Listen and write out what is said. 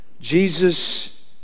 Jesus